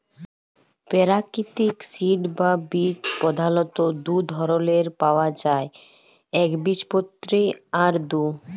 পেরাকিতিক সিড বা বীজ পধালত দু ধরলের পাউয়া যায় একবীজপত্রী আর দু